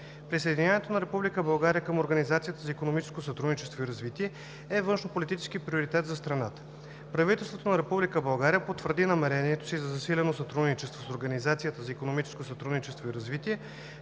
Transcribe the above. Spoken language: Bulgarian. Присъединяването на Република България към Организацията за икономическо сътрудничество и развитие е външнополитически приоритет за страната. Правителството на Република България потвърди намерението си за засилено сътрудничество с Организацията за икономическо сътрудничество и развитие,